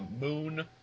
Moon